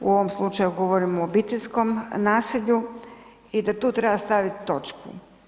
U ovom slučaju govorimo o obiteljskom nasilju i da tu treba staviti točku.